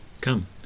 Come